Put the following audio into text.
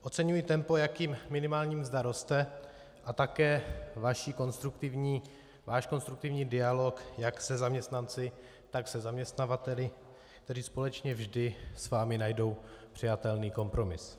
Oceňuji tempo, jakým minimální mzda roste, a také váš konstruktivní dialog jak se zaměstnanci, tak se zaměstnavateli, kteří společně vždy s vámi najdou přijatelný kompromis.